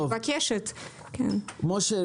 משה,